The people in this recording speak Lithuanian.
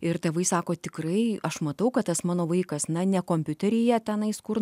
ir tėvai sako tikrai aš matau kad tas mano vaikas na ne kompiuteryje tenais kur